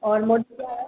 और मॉडल क्या है